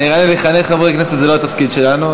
נראה לי שלחנך חברי כנסת זה לא התפקיד שלנו,